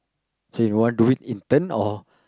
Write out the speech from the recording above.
so you want to wait intern or